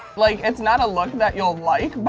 like it's not a look that you'll like, but